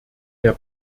der